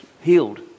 healed